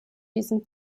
diesem